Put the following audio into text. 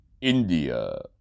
India